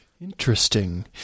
Interesting